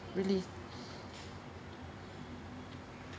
really